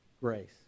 grace